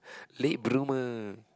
late bloomer